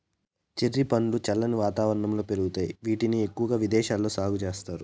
cherry పండ్లు చల్లని వాతావరణంలో పెరుగుతాయి, వీటిని ఎక్కువగా విదేశాలలో సాగు చేస్తారు